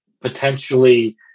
potentially